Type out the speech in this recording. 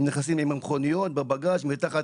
הם נכנסים עם המכוניות ויש חמץ.